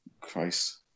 Christ